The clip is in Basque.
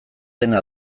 dena